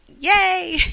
Yay